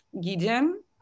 gideon